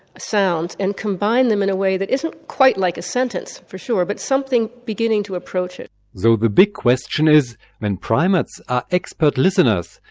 sounds and combine them in a way that isn't quite like a sentence, for sure, but something beginning to approach it. so the big question is when primates are expert listeners,